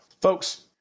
Folks